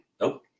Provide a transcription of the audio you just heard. Nope